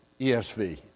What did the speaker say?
ESV